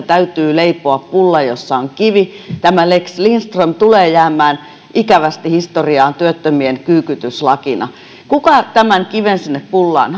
täytyy leipoa pulla jossa on kivi tämä lex lindström tulee jäämään ikävästi historiaan työttömien kyykytyslakina kuka tämän kiven sinne pullaan